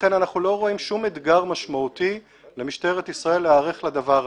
לכן אנחנו לא רואים שום אתגר משמעותי למשטרת ישראל להיערך לדבר הזה.